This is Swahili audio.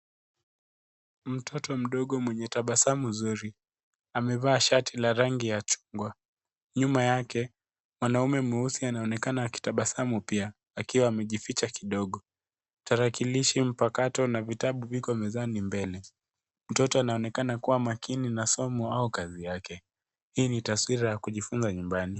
Mtoto mdogo mwenye tabasamu zuri. Amevaa shati la rangi ya chungwa. Nyuma yake, mwanaume mweusi anaonekana akitabasamu pia akiwa amejificha kidogo. Tarakilishi mpakato na vitabu viko mezani mbele. Mtoto anaonekana kuwa makini na somo au kazi yake. Hii ni taswira ya kujifunza nyumbani.